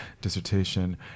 dissertation